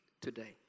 today